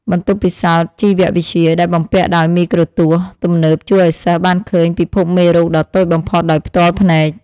បន្ទប់ពិសោធន៍ជីវវិទ្យាដែលបំពាក់ដោយមីក្រូទស្សន៍ទំនើបជួយឱ្យសិស្សបានឃើញពិភពមេរោគដ៏តូចបំផុតដោយផ្ទាល់ភ្នែក។